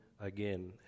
again